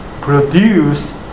produce